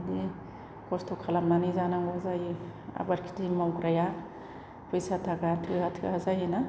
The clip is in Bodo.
खस्थ' खालामनानै जानांगौ जायो आबाद खेथि मावग्राया फैसा थाखा थोआ थोआ जायो